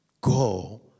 Go